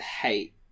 hate